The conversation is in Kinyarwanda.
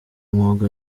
mwuga